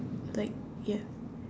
like ya